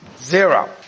Zero